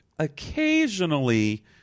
occasionally